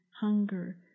hunger